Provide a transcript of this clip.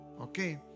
Okay